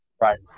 Right